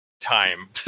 time